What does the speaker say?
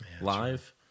live